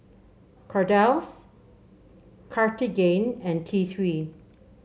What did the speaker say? Kordel's Cartigain and T Three